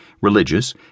religious